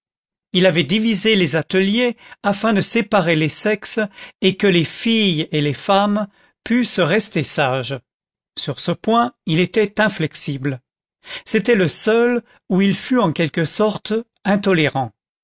il avait divisé les ateliers afin de séparer les sexes et que les filles et les femmes pussent rester sages sur ce point il était inflexible c'était le seul où il fût en quelque sorte intolérant